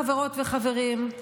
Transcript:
חברות וחברים,